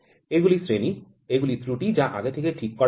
এগুলি শ্রেণি এগুলি ত্রুটি যা আগে থেকে ঠিক করা আছে